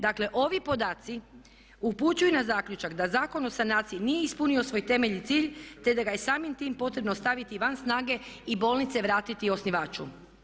Dakle, ovi podaci upućuju na zaključak da Zakon o sanaciji nije ispunio svoj temeljni cilj, te da ga je samim tim potrebno staviti i van snage i bolnice vratiti osnivaču.